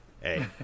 Hey